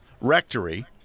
Rectory